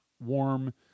warm